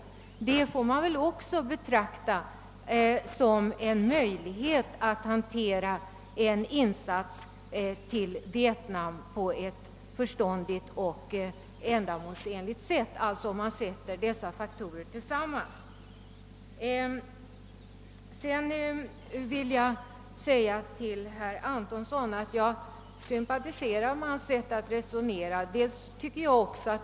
Alla dessa faktorer spelar in när man betraktar möjligheterna att göra en förståndig och ändamålsenlig insats i Vietnam. Jag sympatiserar med herr Antonssons sätt att resonera.